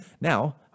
Now